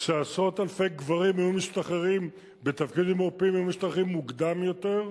שעשרות אלפי גברים בתפקידים עורפיים היו משתחררים מוקדם יותר.